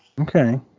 Okay